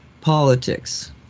politics